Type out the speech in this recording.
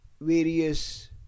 various